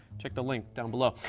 check the link down below.